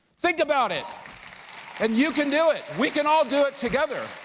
think about it and you can do it. we can all do it together.